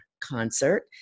concert